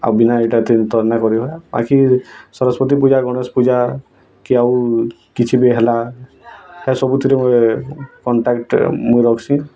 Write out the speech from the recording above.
ଆଉ ବିନା ଏଇଟା ତି ତ ନାଇଁ କରିହେବ ନା ବାକି ସରସ୍ୱତୀ ପୂଜା ଗଣେଶ ପୂଜାକେ ଆଉ କିଛି ବି ହେଲା ଏ ସବୁଥିରେ ମୁଁ ଏ କଣ୍ଟାକ୍ଟରେ ମୁଁ ରଖ୍ସିଁ